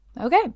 Okay